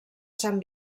sant